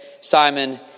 Simon